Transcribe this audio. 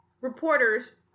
reporters